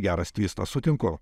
geras tvistas sutinku